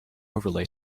overlay